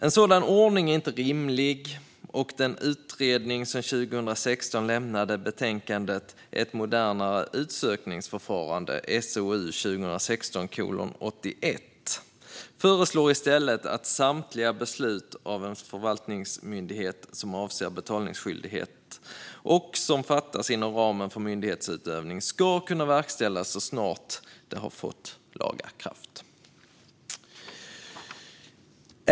En sådan ordning är inte rimlig, och den utredning som 2016 lämnade betänkandet Ett modernare utsökningsförfarande föreslår i stället att samtliga beslut av en förvaltningsmyndighet som avser betalningsskyldighet och som fattats inom ramen för myndighetsutövning ska kunna verkställas så snart de har vunnit laga kraft.